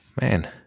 man